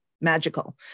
magical